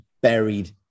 buried